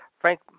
Frank